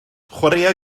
chwaraea